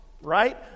right